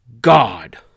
God